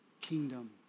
kingdom